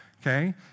okay